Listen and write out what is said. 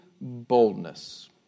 boldness